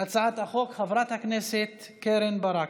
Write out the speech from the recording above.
הצעת החוק חברת הכנסת קרן ברק.